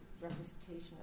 representation